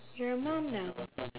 you're a mom now